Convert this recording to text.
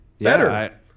Better